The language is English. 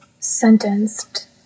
sentenced